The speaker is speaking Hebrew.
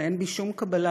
אבל אין בי שום קבלה,